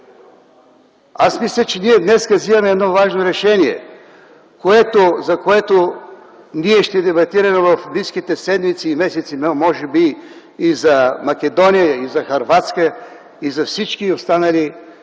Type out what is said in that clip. Аз мисля, че ние днес взимаме едно важно решение, за което ще дебатираме в близките седмици и месеци, може би и за Македония, и за Хърватска, и за всички останали страни.